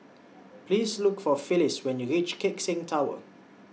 Please Look For Phylis when YOU REACH Keck Seng Tower